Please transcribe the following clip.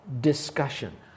discussion